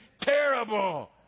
terrible